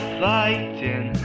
fighting